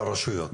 לרשויות.